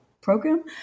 program